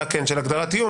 הצעה של הגדרת איום.